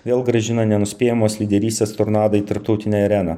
vėl grąžina nenuspėjamos lyderystės tornadą į tarptautinę areną